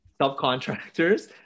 subcontractors